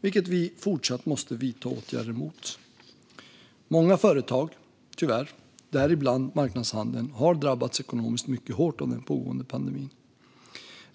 vilken vi fortsatt måste vidta åtgärder mot. Många företag, däribland marknadshandeln, har tyvärr drabbats ekonomiskt mycket hårt av den pågående pandemin.